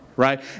right